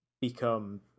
become